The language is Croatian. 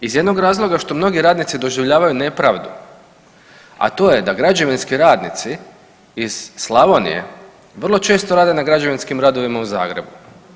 Iz jednog razloga što mnogi radnici doživljavaju nepravdu, a to je da građevinski radnici iz Slavonije vrlo često rade na građevinskim radovima u Zagrebu.